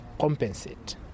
compensate